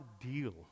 deal